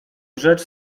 rzecz